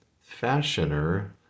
fashioner